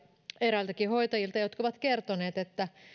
eräiltäkin hoitajilta jotka ovat kertoneet että